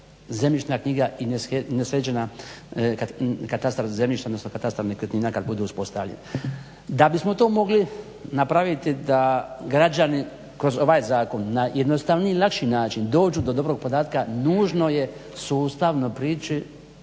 zemljišna knjiga i nesređena katastar zemljišta odnosno katastar nekretnina kad bude uspostavljen. Da bismo to mogli napraviti da građani kroz ovaj zakon na jednostavniji i lakši način dođu do dobrog podatka nužno je sustavno prići